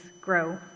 grow